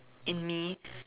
in me